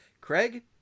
Craig